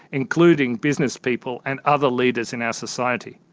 including businesspeople and other leaders in our society.